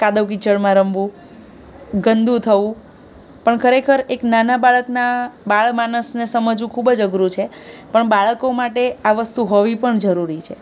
કાદવ કિચડમાં રમવું ગંદુ થવું પણ ખરેખર એક નાના બાળકનાં બાળમાનસને સમજવું ખૂબ જ અઘરું છે પણ બાળકો માટે આ વસ્તુ હોવી પણ જરૂરી છે